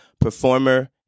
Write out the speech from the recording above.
performer